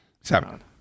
Seven